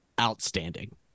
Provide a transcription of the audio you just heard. outstanding